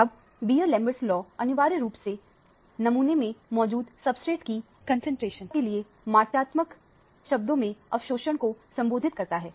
अब Beer Lambert law अनिवार्य रूप से नमूना में मौजूद सब्सट्रेटकीकंसंट्रेशन के लिए मात्रात्मक शब्दों में अवशोषण को सहसंबंधित करता है